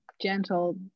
gentle